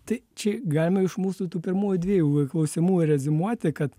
tai čia galima iš mūsų tų pirmųjų dviejų klausimų reziumuoti kad